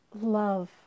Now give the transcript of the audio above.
love